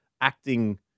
acting